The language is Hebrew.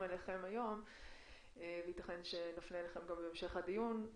אליכם היום וייתכן שנפנה אליכם גם בהמשך הדיון.